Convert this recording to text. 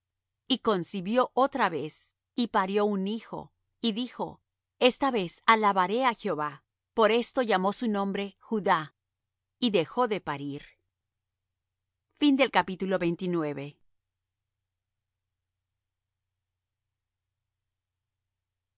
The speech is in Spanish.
y concibió ota vez y parió un hijo y dijo esta vez alabaré á jehová por esto llamó su nombre judá y dejó de parir y